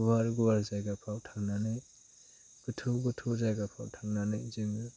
गुवार गुवार जायगाफ्राव थांनानै गोथौ गोथौ जायगाफ्राव थांनानै जोङो